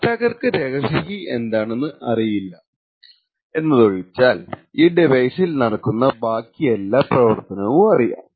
അറ്റാക്കർക്കു രഹസ്യ കീ എന്താണെന്നു അറിയില്ല എന്നതൊഴിച്ചാൽ ഈ ഡിവൈസിൽ നടക്കുന്ന ബാക്കിയുള്ള എല്ലാ പ്രവർത്തനവും അറിയാം